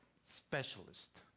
specialist